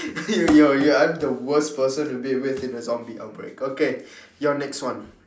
you you are the worst person to be with in a zombie outbreak okay you are next one